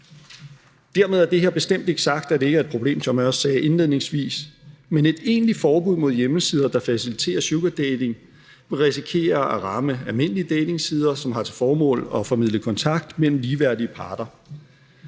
Dermed er det bestemt ikke sagt, at det her ikke er et problem, som jeg også sagde indledningsvis. Men et egentlig forbud mod hjemmesider, der faciliterer sugardating, vil risikere at ramme almindelige datingsider, som har til formål at formidle kontakt mellem ligeværdige parter.